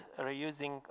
reusing